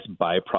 byproduct